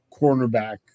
cornerback